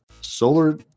solar